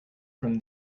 from